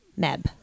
Meb